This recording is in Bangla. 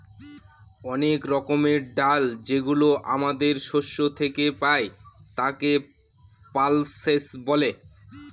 অনেক রকমের ডাল যেগুলো আমাদের শস্য থেকে পাই, তাকে পালসেস বলে